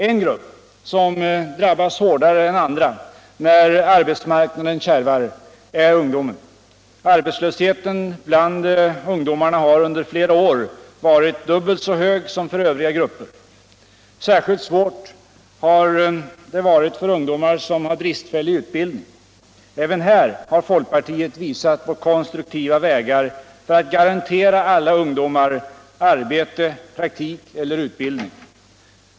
En gru'pp som drabbas hårdare än andra när arbetsmarknaden kärvar är ungdomen. Arbetslösheten bland ungdomarna har under flera år varit dubbelt så hög som bland övriga grupper. Särskilt svårt har det varit för ungdomar som har bristfällig utbildning. Även här har folkpartiet visal på konstruktiva vägar för att garantera alla ungdomar arbete, praktik ceiler utbildning.